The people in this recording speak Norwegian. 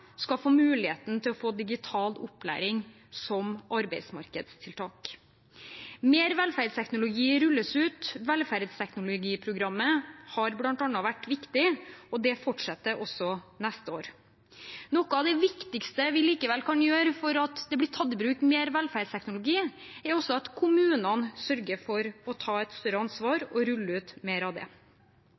skal få muligheten til å få digital opplæring som arbeidsmarkedstiltak. Mer velferdsteknologi rulles ut. Velferdsteknologiprogrammet har bl.a. vært viktig, og det fortsetter også neste år. Noe av det viktigste vi likevel kan gjøre for at det blir tatt i bruk mer velferdsteknologi, er at kommunene sørger for å ta et større ansvar for å rulle ut mer av det.